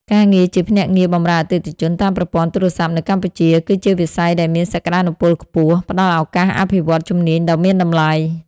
ការងារជាភ្នាក់ងារបម្រើអតិថិជនតាមប្រព័ន្ធទូរស័ព្ទនៅកម្ពុជា គឺជាវិស័យដែលមានសក្ដានុពលខ្ពស់ ផ្ដល់ឱកាសអភិវឌ្ឍន៍ជំនាញដ៏មានតម្លៃ។